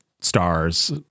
stars